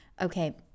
Okay